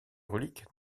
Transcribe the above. reliques